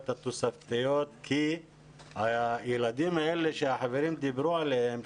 התוספתיות כי הילדים האלה שהחברים דיברו עליהם,